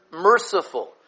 merciful